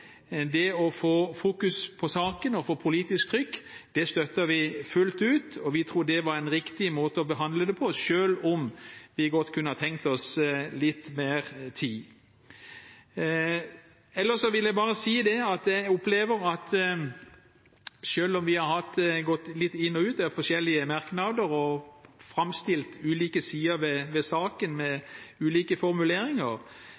det å få fokusert på saken og få politisk trykk støtter vi fullt ut, og vi tror det var en riktig måte å behandle det på, selv om vi godt kunne ha tenkt oss litt mer tid. Ellers vil jeg bare si at jeg opplever at selv om vi har gått litt inn og ut av forskjellige merknader og framstilt ulike sider ved saken med ulike formuleringer,